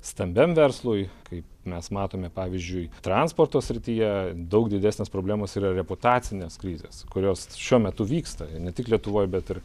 stambiam verslui kaip mes matome pavyzdžiui transporto srityje daug didesnės problemos yra reputacinės krizės kurios šiuo metu vyksta ne tik lietuvoj bet ir